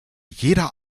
jeder